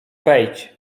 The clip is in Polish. wejdź